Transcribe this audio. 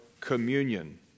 communion